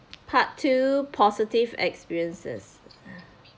part two positive experiences